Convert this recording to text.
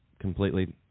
completely